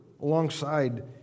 alongside